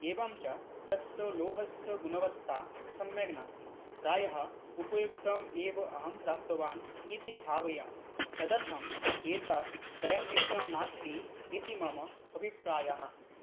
एवं च तस्य लोहस्स गुणवत्ता सम्यक् नास्ति प्रायः उपयुक्तम् एव अहं प्राप्तवान् इति भावयामि तदर्थं एतत् क्रयनयोग्यं नास्ति इति मम अभिप्रायः